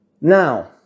Now